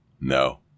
No